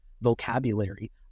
vocabulary